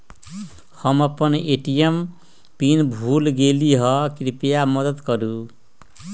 हम अपन ATM pin भूल गेली ह, कृपया मदत करू